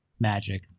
Magic